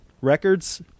records